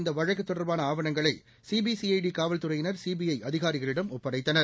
இந்தவழக்குதொடர்பானஆவணங்களைசிபிசிஐடிகாவல்துறையினர் முன்னதாக சிபிஐஅதிகாரிகளிடம் ஒப்படைத்தனர்